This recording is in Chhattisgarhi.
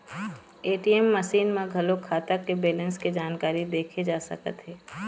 ए.टी.एम मसीन म घलोक खाता के बेलेंस के जानकारी देखे जा सकत हे